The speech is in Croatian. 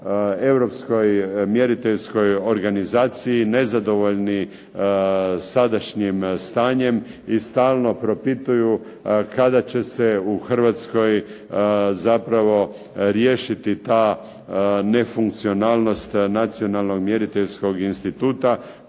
europskoj mjeriteljskoj organizaciji nezadovoljni sadašnjim stanjem i stalno propituju kada će se u Hrvatskoj zapravo riješiti ta nefunkcionalnost nacionalnog mjeriteljskog instituta